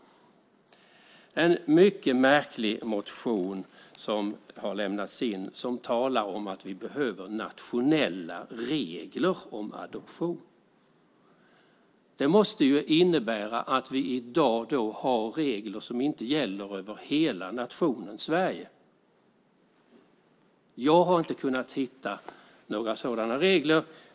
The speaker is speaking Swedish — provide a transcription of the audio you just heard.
Det är en mycket märklig motion som har lämnats in som talar om att vi behöver nationella regler om adoption. Det måste innebära att vi i dag har regler som inte gäller över hela nationen Sverige. Jag har inte kunnat hitta några sådana regler.